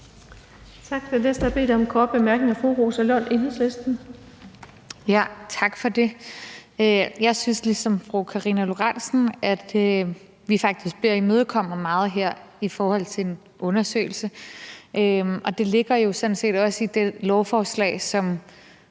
det. Den næste, der har bedt om en kort bemærkning, er fru Rosa Lund, Enhedslisten. Kl. 16:21 Rosa Lund (EL): Tak for det. Jeg synes ligesom fru Karina Lorentzen, at vi faktisk bliver imødekommet meget i forhold til undersøgelse. Det ligger jo sådan set også i det lovforslag, som